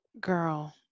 Girl